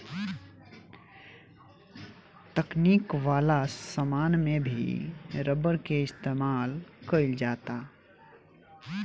तकनीक वाला समान में भी रबर के इस्तमाल कईल जाता